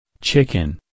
Chicken